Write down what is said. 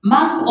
Mark